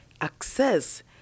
access